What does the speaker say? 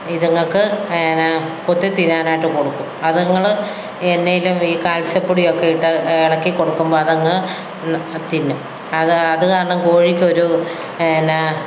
ഇതുങ്ങൾക്ക് കൊത്തി തിന്നാനായിട്ടു കൊടുക്കും അതുങ്ങൾ ഈ എന്തെങ്കിലും ഈ കാൽസ്യപ്പൊടിയൊക്കെ ഇട്ട് ഇളക്കി കൊടുക്കുമ്പോൾ അതങ്ങു തിന്നും അത് അതു കാരണം കോഴിക്കൊരു എന്നാൽ